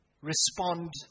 respond